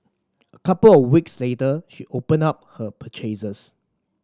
couple of weeks later she opened up her purchases